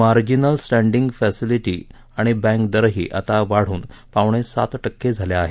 marginal standing facility आणि bank दरही आता वाढून पावणे सात टक्के झाले आहेत